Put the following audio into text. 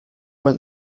went